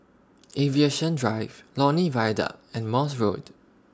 Aviation Drive Lornie Viaduct and Morse Road